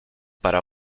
para